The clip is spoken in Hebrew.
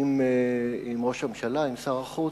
עם ראש הממשלה ועם שר החוץ.